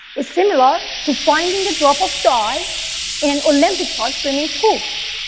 it's similar to finding a drop of dye in an olympic sized swimming pool.